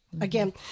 Again